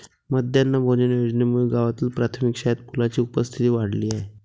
माध्यान्ह भोजन योजनेमुळे गावातील प्राथमिक शाळेत मुलांची उपस्थिती वाढली आहे